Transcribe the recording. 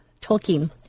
Tolkien